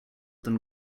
than